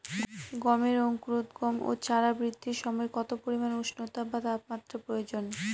গমের অঙ্কুরোদগম ও চারা বৃদ্ধির সময় কত পরিমান উষ্ণতা বা তাপমাত্রা প্রয়োজন?